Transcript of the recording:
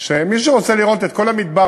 שמי שרוצה לראות את כל המדבר,